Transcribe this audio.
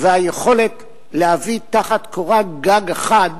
ואת היכולת להביא תחת קורת גג אחת